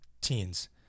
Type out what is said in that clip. teens